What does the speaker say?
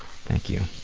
thank you.